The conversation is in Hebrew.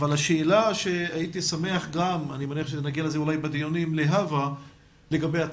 השאלה אולי נגיע אליה בדיונים העתידיים